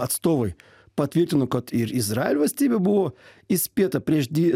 atstovai patvirtino kad ir izraelio valstybė buvo įspėta prieš dvi